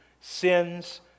sins